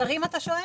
--- אתה שואל?